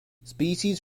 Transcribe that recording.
species